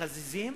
חזיזים.